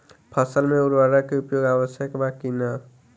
फसल में उर्वरक के उपयोग आवश्यक बा कि न?